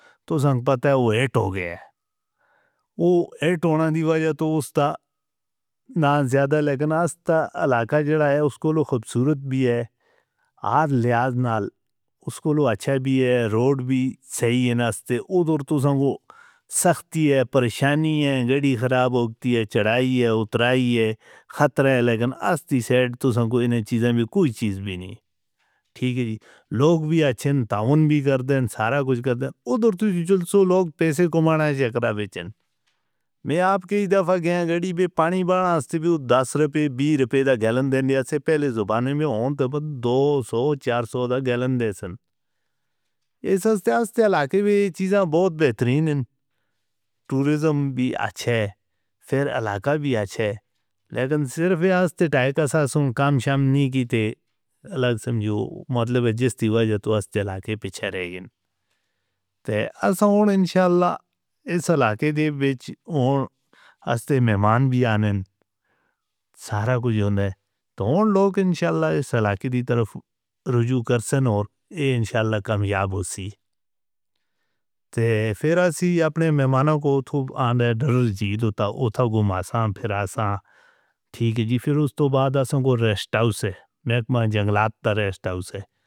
تسیں پتا اوہ ایٹ ہو گیا ہے۔ اوہ ایٹ ہونے دی وجہ تو اس دا نام زیادہ لیکن اس دا علاقہ جوڑا ہے اس کو لوگ خوبصورت بھی ہے۔ ہر لحاظ نال اس کو اچھا بھی ہے۔ روڈ بھی صحیح ہے۔ ادھر تو سن کو سختی ہے پریشانی ہے۔ گڑی خراب ہو گی ہے۔ چڑھائی ہے اتھرائی ہے۔ خطر ہے لیکن اس دی سائٹ تو سن کو انہاں چیزیں بھی کوئی چیز بھی نہیں۔ ٹھیک ہے جی۔ لوگ بھی اچھی ہیں۔ تعاون بھی کر دیں۔ سارا کچھ کر دیں۔ ادھر تو سن کو جلسوں لوگ پیسے کمانا چاہئے۔ میں آپ کئی دفعہ گیا ہیں گڑی بے پانی بنا۔ اس تے بھی وہ دس روپے بیس روپے دا گیلن دے دیا تھا۔ پہلے زبانیں میں ہوں تب دو سو چار سو دا گیلن دے سن۔ یہ سستیاں سے علاقے بھی چیزیں بہت بہترین ہیں۔ ٹورزم بھی اچھے ہیں۔ پھر علاقہ بھی اچھے ہیں۔ لیکن صرف اس تے ٹائم کاسا سن کام شام نہیں کیتے۔ الگ سمجھو مطلب ہے جس دی وجہ تو اس علاقے پچھا رہ گئے۔ تے اساں ہون انشاءاللہ اس علاقے دے بچ ہون اس تے مہمان بھی آنے۔ سارا کچھ ہونے۔ تو ہون لوگ انشاءاللہ اس علاقے دی طرف رجوع کرسن اور یہ انشاءاللہ کامیاب ہو سی۔ تے پھر اسیں اپنے مہمانوں کو اتھو آنے دروز جیتو تا اتھو گھماتا ہیں پھر اساں ٹھیک ہے جی۔ پھر اس تو بعد اساں کو ریسٹ ہاؤس ہے۔ میں اکمہ جنگلات تا ریسٹ ہاؤس ہے.